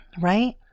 right